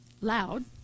loud